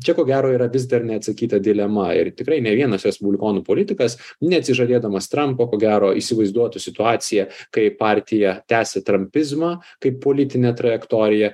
čia ko gero yra vis dar neatsakyta dilema ir tikrai ne vienas respublikonų politikas neatsižadėdamas trampo ko gero įsivaizduotų situaciją kai partija tęsia trampizmą kaip politinę trajektoriją